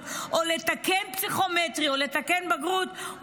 או לתקן פסיכומטרי או לתקן בגרות,